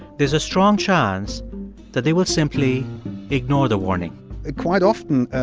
there's a strong chance that they will simply ignore the warning quite often,